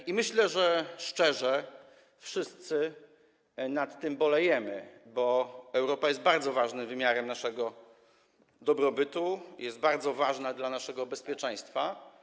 I myślę, że szczerze wszyscy nad tym bolejemy, bo Europa jest bardzo ważnym wymiarem naszego dobrobytu, jest bardzo ważna dla naszego bezpieczeństwa.